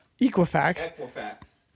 equifax